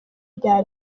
bya